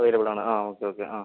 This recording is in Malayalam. അവൈലബിൾ ആണ് ആ ഓക്കെ ഓക്കെ ആ